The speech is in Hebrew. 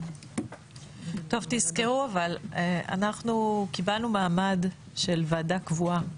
טוב, תזכרו, אנחנו קיבלנו מעמד של ועדה קבועה,